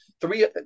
three